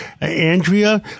Andrea